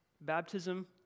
Baptism